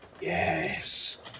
Yes